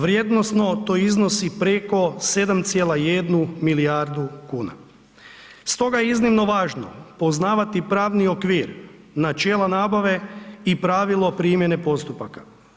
Vrijednosno to iznosi preko 7,1 milijardu kuna stoga je iznimno važno poznavati pravni okvir, načela nabave i pravilo primjene postupaka.